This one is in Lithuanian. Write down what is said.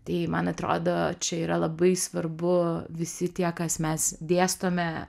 tai man atrodo čia yra labai svarbu visi tie kas mes dėstome